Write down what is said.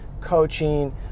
coaching